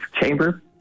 chamber